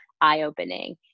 eye-opening